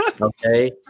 Okay